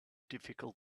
difficult